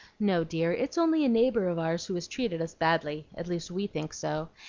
no, dear it's only a neighbor of ours who has treated us badly, at least we think so,